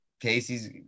Casey's